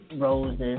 roses